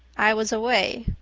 i was away.